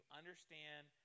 understand